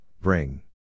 bring